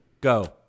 go